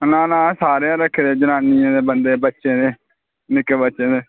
ना ना असें सारें दे रक्खे दे जनानियें दे बंदें दे बच्चें दे निक्के बच्चें दे